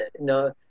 no